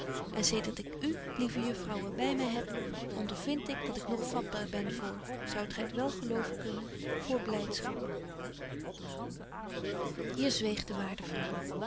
en zedert ik u lieve juffrouwen by my heb ondervind ik dat ik nog vatbaar ben voor zoudt gy t wel geloven kunnen voor blydschap hier zweeg de waarde vrouw